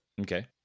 Okay